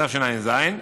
התשע"ז,